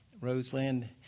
Roseland